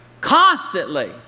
constantly